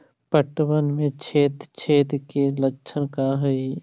पतबन में छेद छेद के लक्षण का हइ?